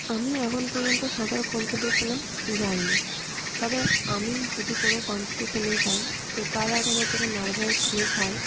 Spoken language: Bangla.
আমি এখন পর্যন্ত সাঁতার কম্পিটিশানে যাইনি তবে আমি যদি কোনও কম্পিটিশানে যাই তো তার আগে আমার যখন নার্ভাসনেস হয়